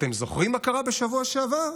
אתם זוכרים מה קרה בשבוע שעבר?